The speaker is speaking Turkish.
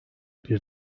bir